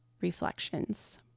reflections